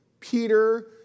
Peter